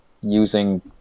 using